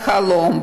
לחלום,